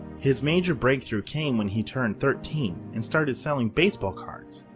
his major breakthrough came when he turned thirteen and started selling baseball cards,